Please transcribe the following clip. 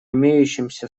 имеющимся